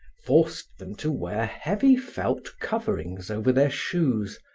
forced them to wear heavy felt coverings over their shoes,